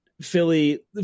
Philly –